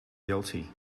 guilty